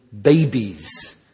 babies